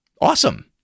Awesome